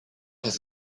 has